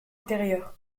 intérieur